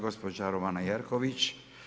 Gospođa Romana Jerković.